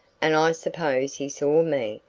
and i suppose he saw me,